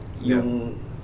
yung